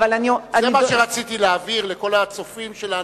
זה מה שרציתי להבהיר לכל הצופים שלנו,